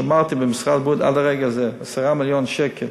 שמרתי במשרד הבריאות עד לרגע זה 10 מיליון שקלים